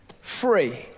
free